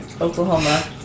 Oklahoma